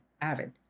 avid